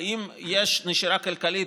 האם יש נשירה כלכלית,